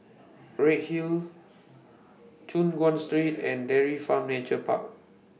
Redhill Choon Guan Street and Dairy Farm Nature Park